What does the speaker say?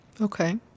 Okay